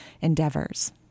endeavors